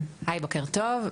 בוקר טוב,